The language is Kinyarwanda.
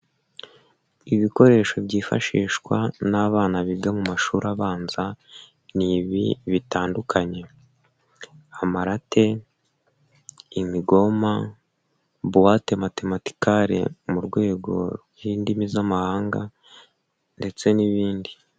Ibikoresho byifashishwa n'abana biga mu mashuri abanza, ni ibi bitandukanye, amarate, imigoma, buwate matematikale mu rwego rw'indimi z'amahanga ndetse n'ibindi.